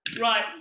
Right